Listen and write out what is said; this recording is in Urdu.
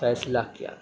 فیصلہ کیا